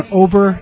over